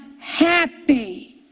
happy